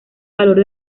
valor